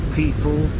people